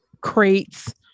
crates